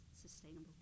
Sustainable